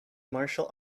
martial